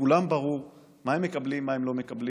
לכולם ברור מה הם מקבלים ומה הם לא מקבלים.